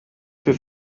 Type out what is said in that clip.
für